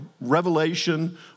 revelation